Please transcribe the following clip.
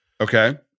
Okay